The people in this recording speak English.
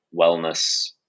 wellness